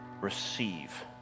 receive